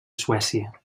suècia